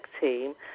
team